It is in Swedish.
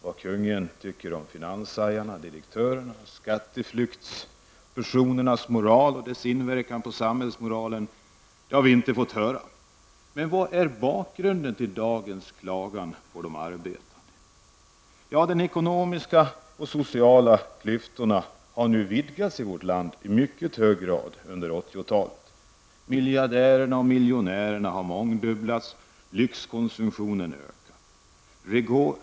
Vad kungen tycker om finanshajarnas, direktörernas och skatteflyktingarnas moral och dess inverkan på samhällsmoralen har vi inte fått höra. Vad är bakgrunden till dagens klagan på de arbetande? Ja, de ekonomiska och sociala klyftorna har vidgats i vårt land i mycket hög grad under 80-talet. Antalet miljardärer och miljonärer har mångdubblats och lyxkonsumtionen har ökat.